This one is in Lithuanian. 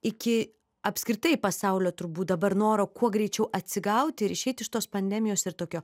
iki apskritai pasaulio turbūt dabar noro kuo greičiau atsigauti ir išeiti iš tos pandemijos ir tokio